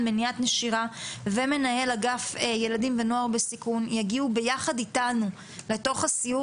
מניעת נשירה ומנהל אגף ילדים ונוער בסיכון יגיעו ביחד איתנו לתוך הסיור